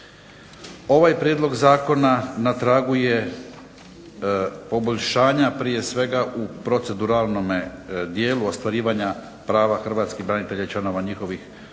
Ovaj prijedlog zakona na tragu je poboljšanja, prije svega u proceduralnome dijelu ostvarivanja prava hrvatskih branitelja i članova njihovih obitelji,